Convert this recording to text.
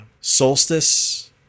solstice